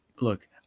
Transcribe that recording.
Look